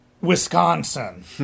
Wisconsin